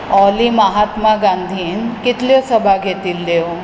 ऑली माहात्मा गांधीन कितल्यो सभा घेतिल्ल्यो